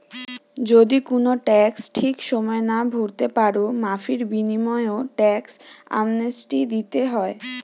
যদি কুনো ট্যাক্স ঠিক সময়ে না ভোরতে পারো, মাফীর বিনিময়ও ট্যাক্স অ্যামনেস্টি দিতে হয়